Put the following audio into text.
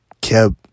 kept